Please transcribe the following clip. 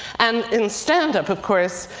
and in stand-up of course,